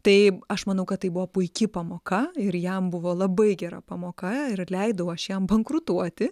tai aš manau kad tai buvo puiki pamoka ir jam buvo labai gera pamoka ir leidau aš jam bankrutuoti